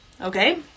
okay